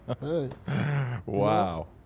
Wow